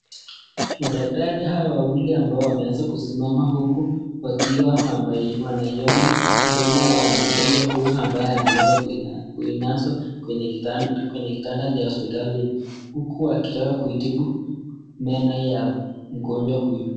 Madaktari hawa wawili ambao wameanza kusimama huku wakiwa wanaiona mdomo wa mgonjwa huwa ambaye ameinaza kwenye kitanda cha hospitalini huku akitaka kuitibu meno ya mgonjwa huyu.